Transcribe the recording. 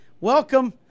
Welcome